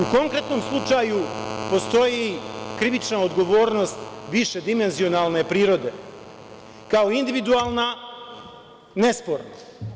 U konkretnom slučaju postoji krivična odgovornost više dimenzionalne prirode, kao individualna, nesporna.